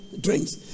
drinks